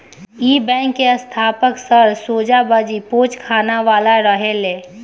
इ बैंक के स्थापक सर सोराबजी पोचखानावाला रहले